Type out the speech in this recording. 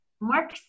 Mark